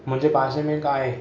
मुंहिंजे पासे में हिकु आहे